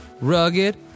Rugged